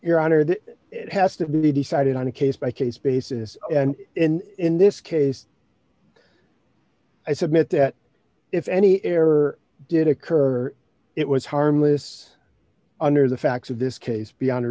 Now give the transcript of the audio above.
your honor that has to be decided on a case by case basis and in this case i submit that if any error did occur it was harmless under the facts of this case beyond a